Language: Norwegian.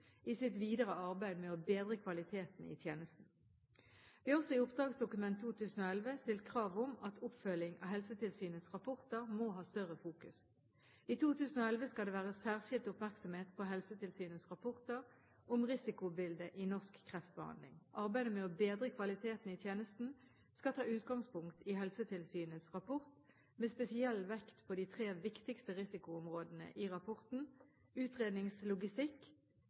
i sitt videre arbeid med å bedre kvaliteten i tjenesten. Vi har også i oppdragsdokumentet 2011 stilt krav om at oppfølging av Helsetilsynets rapporter må ha større fokus. I 2011 skal det være særskilt oppmerksomhet på Helsetilsynets rapporter om risikobildet i norsk kreftbehandling. Arbeidet med å bedre kvaliteten i tjenesten skal ta utgangspunkt i Helsetilsynets rapport, med spesiell vekt på de tre viktigste risikoområdene i rapporten: utredningslogistikk,